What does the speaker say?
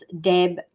Deb